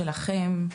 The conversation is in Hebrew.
שלכם,